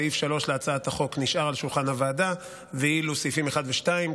סעיף 3 להצעת החוק נשאר על שולחן הוועדה ואילו סעיפים 1 ו-2,